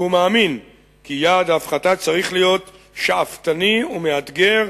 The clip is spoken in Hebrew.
והוא מאמין כי יעד ההפחתה צריך להיות שאפתני ומאתגר,